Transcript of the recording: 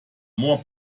more